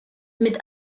mit